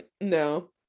No